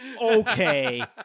Okay